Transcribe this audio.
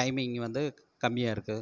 timing வந்து கம்மியாருக்கு